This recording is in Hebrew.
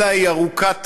אלא היא ארוכת טווח,